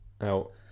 out